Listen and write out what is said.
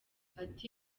ati